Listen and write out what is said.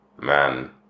man